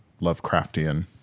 Lovecraftian